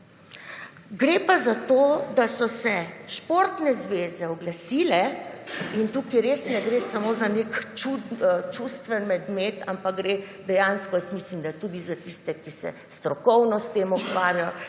Gre pa za to, da so se športne zveze oglasile in tukaj gre ne gre samo za nek čustveni medmet, ampak gre dejansko tudi za tiste, ki se strokovno s tem ukvarjajo,